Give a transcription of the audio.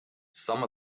some